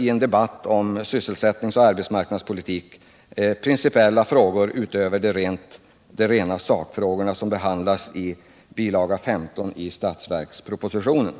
i en debatt om sysselsättningsoch arbetsmarknadspolitik ta upp principiella frågor utöver de rena sakfrågorna som behandlas i bilaga 15 i budgetpropositionen.